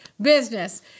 business